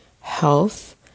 health